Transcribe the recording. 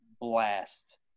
blast